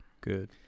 Good